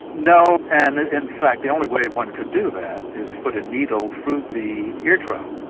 no and in fact the only way one could do that is to put a needle through the eardrum.